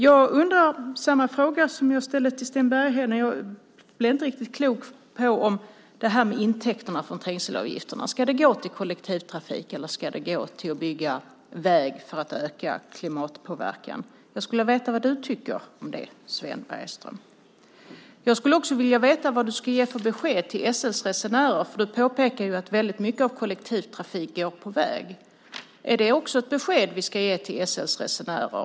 Jag vill ställa samma fråga som jag ställde till Sten Bergheden. Jag blir inte riktigt klok på det här med intäkterna från trängselavgifterna. Ska de gå till kollektivtrafik eller ska de gå till att bygga väg för att öka klimatpåverkan? Jag skulle vilja veta vad du tycker om det, Sven Bergström. Jag skulle också vilja veta vilket besked du ska ge till SL:s resenärer. Du påpekade att väldigt mycket av kollektivtrafiken går på väg. Är det också ett besked vi ska ge till SL:s resenärer?